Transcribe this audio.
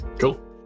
Cool